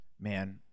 man